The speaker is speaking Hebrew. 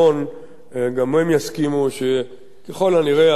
הם יסכימו שככל הנראה הדעת נותנת